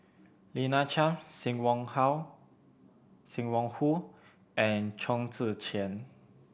Lina Chiam Sim Wong How Sim Wong Hoo and Chong Tze Chien